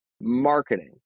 Marketing